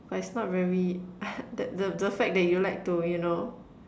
but it's not very the the the fact that you like to you know